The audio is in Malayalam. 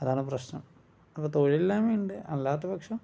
അതാണ് പ്രശ്നം അപ്പം തൊഴിലില്ലായ്മയുണ്ട് അല്ലാത്ത പക്ഷം